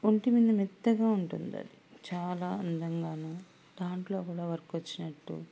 వంటిమీద మెత్తగా ఉంటుంది అది చాలా అందంగాను దాంట్లో కూడా వర్క్ వచ్చినట్టు